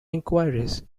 inquiries